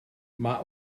mae